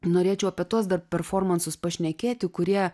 norėčiau apie tuos dar performansus pašnekėti kurie